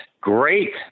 great